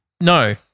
No